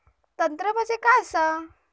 तंत्र म्हणजे काय असा?